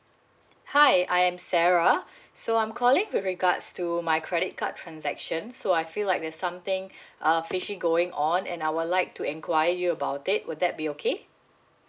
hi I'm sarah so I'm calling with regards to my credit card transaction so I feel like there's something uh fishy going on and I would like to inquire you about it will that be okay